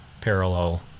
parallel